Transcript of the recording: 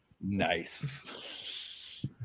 Nice